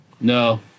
No